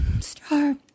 star